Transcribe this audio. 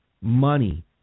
money